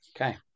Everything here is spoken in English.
okay